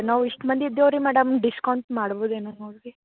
ನಾವು ಇಷ್ಟು ಮಂದಿ ಇದ್ದೇವೆ ರೀ ಮೇಡಮ್ ಡಿಸ್ಕೌಂಟ್ ಮಾಡ್ಬೋದೋ ಏನೋ ನೋಡಿರಿ